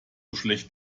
schlecht